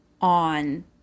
on